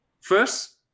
First